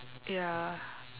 ya